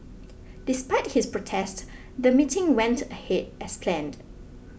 despite his protest the meeting went ahead as planned